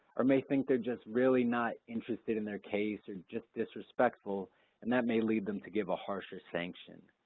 or may think they're just really not interested in their case or just disrespectful and that may lead them to give a harsher sanction.